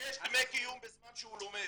יש דמי קיום בזמן שהוא לומד.